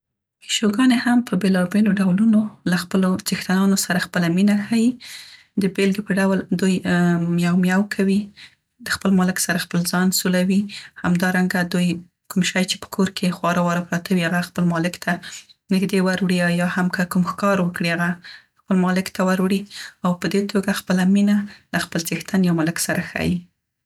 پیشوګانې هم په بیلابیلو ډولونو له خپلو ځښتنانو سره خپله مینه ښيي. د بیلګې په توګه دوی میو میو کوي، د خپل مالک سره خپل ځان سولوي. همدارنګه دوی کوم شی چې په کور کې خواره واره پراته وي، هغه خپل مالک ته نیږدې وروړي او یا هم که کوم ښکار وکړي هغه خپل مالک ته وروړي او په دې توګه خپله مینه له خپل څښتن یا مالک سره ښيي.